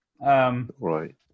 Right